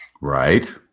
Right